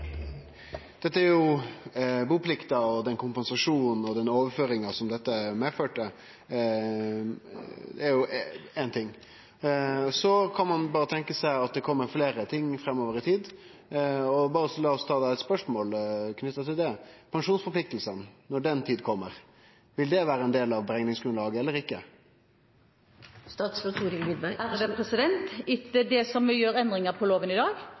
Dette gjeld jo opphevinga av buplikta og kompensasjonen og overføringa som det medførte. Det er éin ting. Så kan ein tenkje seg at det kjem fleire ting framover i tid. La oss da berre ta eit spørsmål knytt til det: Pensjonsforpliktingane, når den tid kjem, vil det vere ein del av berekningsgrunnlaget eller ikkje? Etter de endringene vi gjør i loven i dag,